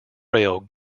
rail